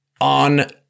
on